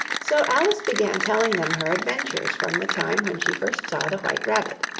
so alice began telling them her adventures from the time when she first saw the white rabbit.